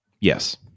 Yes